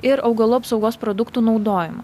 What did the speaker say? ir augalų apsaugos produktų naudojimą